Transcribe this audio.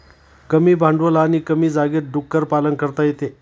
कमी भांडवल आणि कमी जागेत डुक्कर पालन करता येते